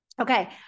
Okay